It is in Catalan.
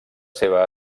seva